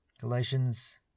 Galatians